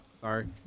Sorry